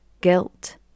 guilt